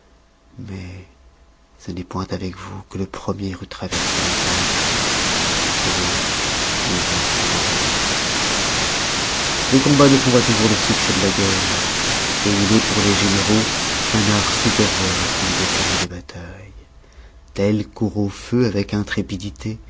mais ce n'est point avec vous que le premier eût traversé les alpes que l'autre eût vaincu vos ayeux les combats ne font pas toujours le succès de la guerre il est pour les généraux un art supérieur à celui de gagner de batailles tel court au feu avec